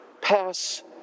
pass